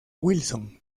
wilson